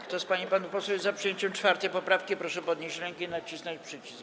Kto z pań i panów posłów jest za przyjęciem 4. poprawki, proszę podnieść rękę i nacisnąć przycisk.